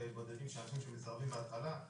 בודדים שסירבו בהתחלה,